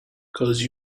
cause